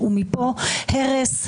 הרס,